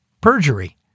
perjury